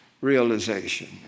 realization